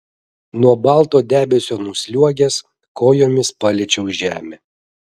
nuo balto debesio nusliuogęs kojomis paliečiau žemę